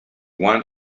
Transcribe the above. want